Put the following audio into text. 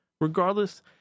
Regardless